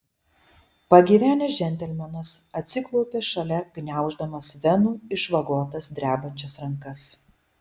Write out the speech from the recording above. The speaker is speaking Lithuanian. pagyvenęs džentelmenas atsiklaupė šalia gniauždamas venų išvagotas drebančias rankas